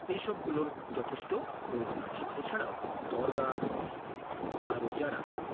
এই সবগুলোর যথেষ্ট প্রয়োজন আছে এছাড়াও দরগা বা রোজা রাখা